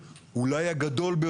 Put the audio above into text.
שהיא האחראית לכך שלא יהיה בכלל כשל.